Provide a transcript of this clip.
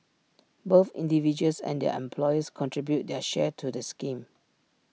both individuals and their employers contribute their share to the scheme